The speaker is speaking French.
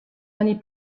années